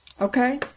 Okay